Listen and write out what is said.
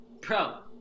pro